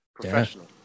professional